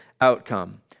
outcome